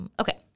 Okay